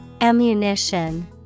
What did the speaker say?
Ammunition